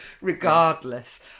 regardless